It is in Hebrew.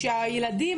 שהילדים,